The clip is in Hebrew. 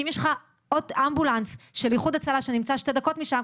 כי אם יש לך עוד אמבולנס של איחוד הצלה שנמצא 2 דקות משם,